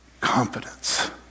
confidence